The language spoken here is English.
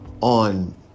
on